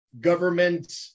government